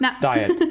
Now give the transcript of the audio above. diet